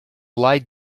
lied